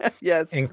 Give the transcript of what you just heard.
Yes